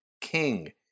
King